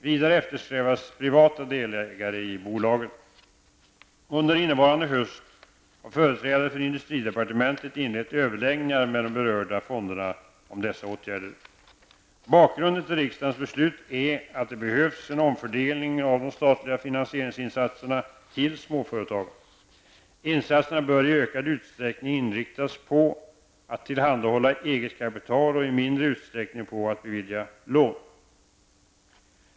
Vidare eftersträvas privata delägare till bolagen. Under innevarande höst har företrädare för industridepartementet inlett överläggningar med de berörda fonderna om dessa åtgärder. Bakgrunden till riksdagens beslut är att det behövs en omfördelning av de statliga finansieringsinsatserna till småföretagen. Insatserna bör i ökad utsträckning inriktas på att tillhandahålla eget kapital och i mindre utsträckning på att bevilja lån.